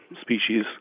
species